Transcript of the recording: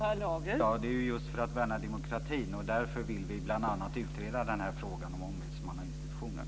Fru talman! Ja, det är ju just att värna demokratin som det är fråga om. Därför vill vi bl.a. utreda den här frågan om ombudsmannainstitutionen.